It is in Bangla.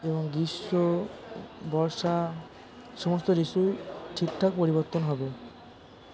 এবং গ্রীষ্ম বর্ষা সমস্ত ঋতু ঠিকঠাক পরিবর্তন হবে